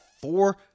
four